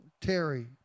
Terry